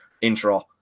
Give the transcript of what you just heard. intro